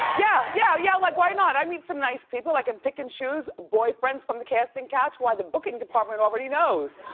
yeah, yeah, yeah like why not? i meet some nice people, i can pick and choose boyfriends from the casting couch. why, the booking department already knows.